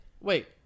wait